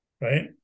right